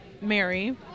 Mary